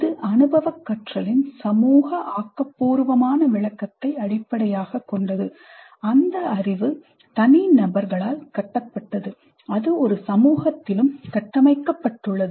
இது அனுபவக் கற்றலின் சமூக ஆக்கபூர்வமான விளக்கத்தை அடிப்படையாகக் கொண்டது அந்த அறிவு தனிநபர்களால் கட்டப்பட்டது அது ஒரு சமூகத்திலும் கட்டமைக்கப்பட்டுள்ளது